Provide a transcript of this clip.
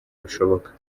bishoboka